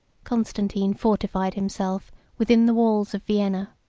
constantine fortified himself within the walls of vienna.